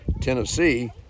tennessee